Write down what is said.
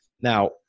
Now